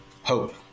hope